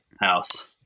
house